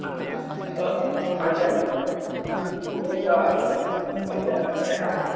महते आनन्दाय अनन्त आनन्दाय महते आनन्दाय हा